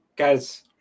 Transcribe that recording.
Guys